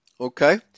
Okay